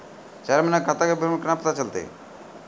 चार महिना के खाता के विवरण केना पता चलतै?